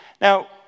Now